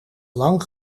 lang